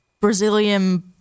Brazilian